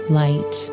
light